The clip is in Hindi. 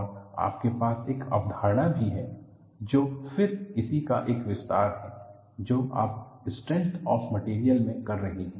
और आपके पास एक अवधारणा भी है जो फिर इसी का एक विस्तार है जो आप स्ट्रेंथ ऑफ मटेरियल में कर रहे हैं